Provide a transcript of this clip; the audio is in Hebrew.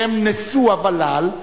שהם נשוא הווד"ל,